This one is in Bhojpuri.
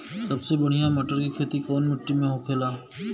सबसे बढ़ियां मटर की खेती कवन मिट्टी में होखेला?